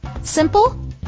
Simple